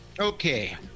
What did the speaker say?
Okay